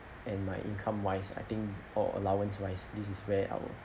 and my income wise I think or allowance wise this is where I will